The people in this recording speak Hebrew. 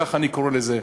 ככה אני קורא לזה,